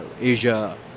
Asia